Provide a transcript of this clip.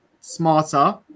smarter